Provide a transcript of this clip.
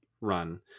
run